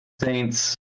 saints